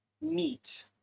meat